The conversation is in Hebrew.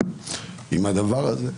עם הדבר הזה,